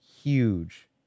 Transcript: Huge